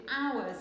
hours